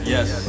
Yes